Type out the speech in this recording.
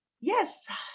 yes